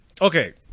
Okay